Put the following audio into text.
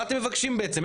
מה אתם מבקשים בעצם.